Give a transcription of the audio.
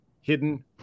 hidden